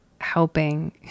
helping